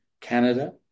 Canada